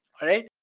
alright?